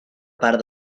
part